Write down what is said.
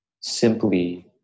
simply